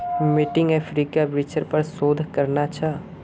मोंटीक अफ्रीकी वृक्षेर पर शोध करना छ